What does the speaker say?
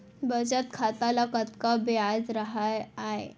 बचत खाता ल कतका ब्याज राहय आय?